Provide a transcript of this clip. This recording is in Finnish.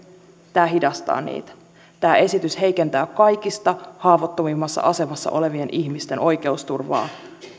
tämä hidastaa niitä tämä esitys heikentää kaikista haavoittuvimmassa asemassa olevien ihmisten oikeusturvaa